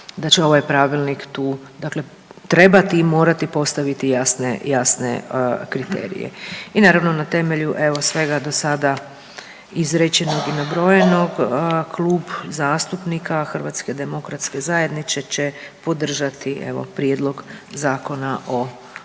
da će ovaj pravilnik tu dakle trebati i morati postaviti jasne, jasne kriterije. I naravno na temelju evo svega do sada izrečenog i nabrojenog Klub zastupnika HDZ-a će podržati evo prijedlog Zakona o